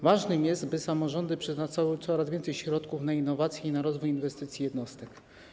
Ważne jest, by samorządy przeznaczały coraz więcej środków na innowacje i na rozwój inwestycji jednostek.